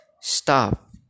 Stop